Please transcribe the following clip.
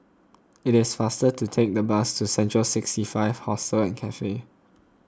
it is faster to take the bus to Central sixty five Hostel and Cafe